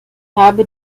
habe